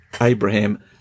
Abraham